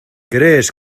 crees